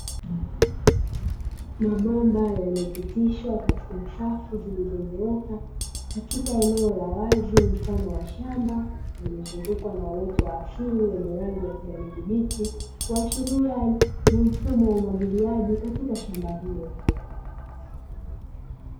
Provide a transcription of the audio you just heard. Mabomba yaliyopitishwa katika safu zilizonyooka katika eneo la wazi mfano wa shamba lililozungukwa na uoto wa asili wenye rangi ya kijani kibichi, kuashiria ni mfumo wa umwagiliaji katika shamba hilo.